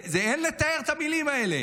אין לתאר את המילים האלה.